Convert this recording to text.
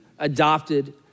adopted